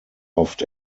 oft